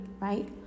right